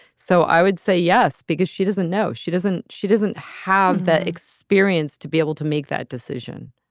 so i would say yes, because she doesn't know. she doesn't. she doesn't have the experience to be able to make that decision